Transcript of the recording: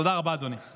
תודה רבה, אדוני.